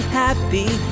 happy